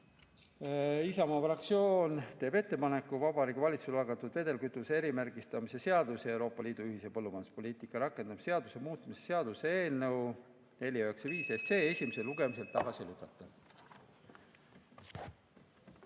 Isamaa fraktsioon teeb ettepaneku Vabariigi Valitsuse algatatud vedelkütuse erimärgistamise seaduse ja Euroopa Liidu ühise põllumajanduspoliitika rakendamise seaduse muutmise seaduse eelnõu 495 esimesel lugemisel tagasi lükata.